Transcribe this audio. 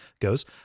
goes